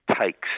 takes